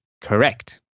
Correct